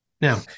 Now